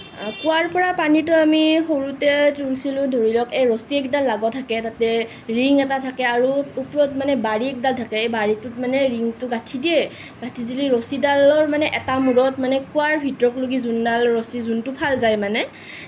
কুৱাৰ পৰা পানীটো আমি সৰোঁতে তুলিছিলোঁ ধৰি লওঁক এই ৰছহী এডাল লগোৱা থাকে তাতে ৰিং এটা থাকে আৰু ওপৰত মানে বাৰী এডাল থাকে এই বাৰীটোত মানে ৰিংটো গাঠি দিয়ে গাঠি দিলে ৰছীডালৰ মানে এটা মূৰত মানে কুৱাৰ ভিতৰত লৈকে যোনডাল ৰছী যোনটো ফাল যায় মানে